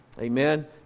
Amen